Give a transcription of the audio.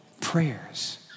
prayers